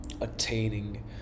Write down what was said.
attaining